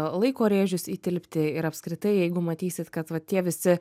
laiko rėžius įtilpti ir apskritai jeigu matysit kad va tie visi